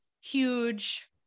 huge